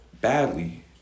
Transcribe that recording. Badly